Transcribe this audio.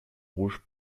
rouge